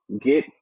get